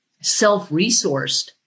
self-resourced